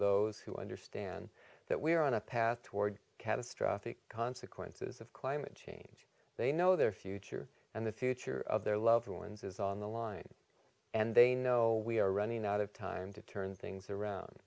those who understand that we are on a path toward catastrophic consequences of climate change they know their future and the future of their loved ones is on the line and they know we are running out of time to turn things around